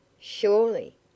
Surely